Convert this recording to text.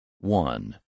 One